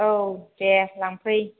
औ दे लांफै